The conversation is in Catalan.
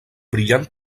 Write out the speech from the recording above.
brillant